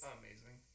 amazing